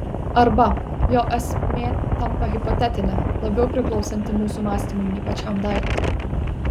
arba jo esmė tampa hipotetinė labiau priklausanti mūsų mąstymui nei pačiam daiktui